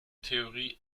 theorie